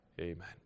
amen